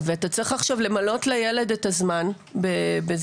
ואתה צריך עכשיו למלא לילד את הזמן בזה,